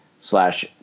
slash